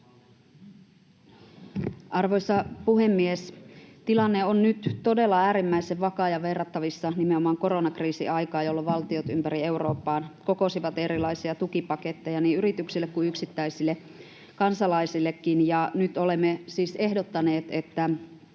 Arvoisa puhemies! Tilanne on nyt todella äärimmäisen vakava ja verrattavissa nimenomaan koronakriisin aikaan, jolloin valtiot ympäri Eurooppaa kokosivat erilaisia tukipaketteja niin yrityksille kuin yksittäisille kansalaisillekin. Nyt olemme siis ehdottaneet, että